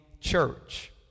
church